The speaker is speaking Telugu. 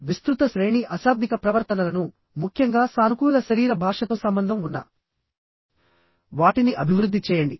విస్తృత శ్రేణి అశాబ్దిక ప్రవర్తనలనుముఖ్యంగా సానుకూల శరీర భాషతో సంబంధం ఉన్న వాటిని అభివృద్ధి చేయండి